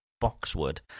boxwood